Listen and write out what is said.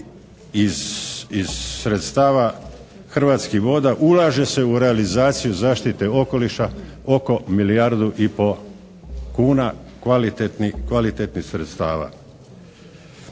iz sredstava Hrvatskih voda ulaže se u realizaciju zaštite okoliša oko milijardu i pol kuna kvalitetnih sredstava.